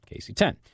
KC10